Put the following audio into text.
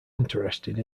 interested